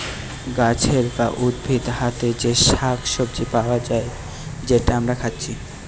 গাছের বা উদ্ভিদ হোতে যে শাক সবজি পায়া যায় যেটা আমরা খাচ্ছি